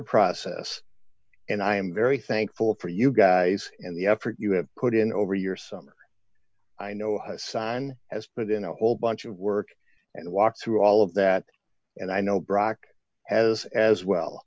process and i am very thankful for you guys and the effort you have put in over your summer i know his sign has but in a whole bunch of work and walks through all of that and i know brock has as well